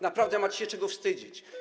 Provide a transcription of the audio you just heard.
Naprawdę macie się czego wstydzić.